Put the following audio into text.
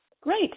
Great